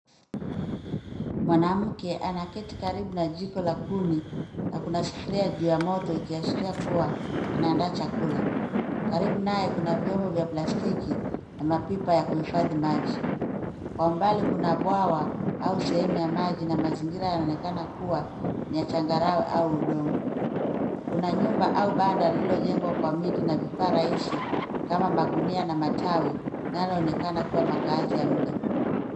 Mwanamke anaketi karibu na jiko la kuni, na kuna sufuria juu ya moto ikiashiria kuwa, anaandaa chakula. Karibu naye kuna vyombo vya plastiki, na mapipa ya kuhifadhi maji. Kwa umbali kuna bwawa, au sehemu ya maji na mazingira yanaonekana kuwa, ni ya changarawe au udongo. Kuna nyumba au banda lililojengwa kwa miti na vifaa rahisi, kama magunia na matawi, linaloonekana kuwa makaazi ya muda.